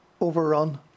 overrun